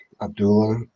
abdullah